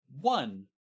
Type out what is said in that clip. one